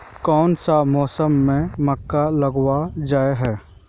कोन सा मौसम में मक्का लगावल जाय है?